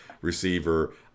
receiver